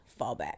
fallback